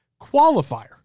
Qualifier